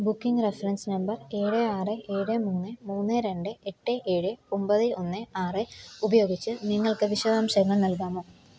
booking reference number ഏഴ് ആറ് ഏഴ് മൂന്ന് മൂന്ന് രണ്ട് എട്ട് ഏഴ് ഒൻപത് ഒന്ന് ആറ് ഉപയോഗിച്ച് നിങ്ങൾക്ക് വിശദാംശങ്ങൾ നൽകാമോ